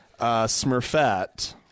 smurfette